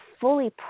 fully